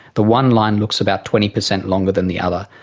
the one line looks about twenty percent longer than the other.